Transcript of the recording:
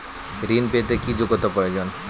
ঋণ পেতে কি যোগ্যতা প্রয়োজন?